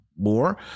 more